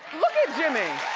look at jimmy.